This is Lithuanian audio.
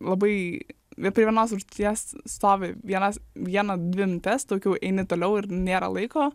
labai vie prie vienos užduoties stovi vienas vieną dvi minutes daugiau eini toliau ir nėra laiko